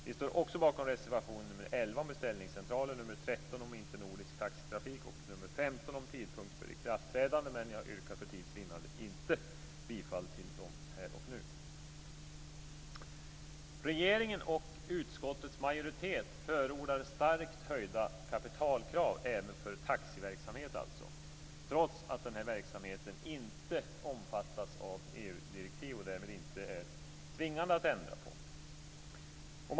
Vi står också bakom reservation 11 om beställningscentraler, 13 om internordisk taxitrafik och 15 om tidpunkt för ikraftträdande, men jag yrkar för tids vinnande inte bifall till dem här och nu. Regeringen och utskottets majoritet förordar starkt höjda kapitalkrav även för taxiverksamhet, trots att denna verksamhet inte omfattas av EU-direktiv och att man därmed inte är tvingad att ändra på den.